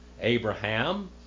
Abraham